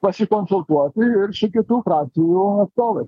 pasikonsultuoti ir su kitų frakcijų atstovais